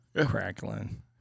Crackling